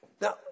Now